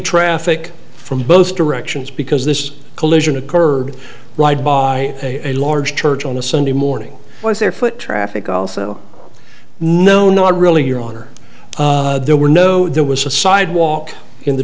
traffic from both directions because this collision occurred right by a large church on a sunday morning was there foot traffic also no not really you're on or there were no there was a sidewalk in the